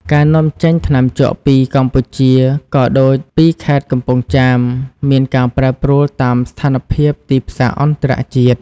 ការនាំចេញថ្នាំជក់ពីកម្ពុជា ក៏ដូចពីខេត្តកំពង់ចាម មានការប្រែប្រួលតាមស្ថានភាពទីផ្សារអន្តរជាតិ។